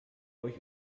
euch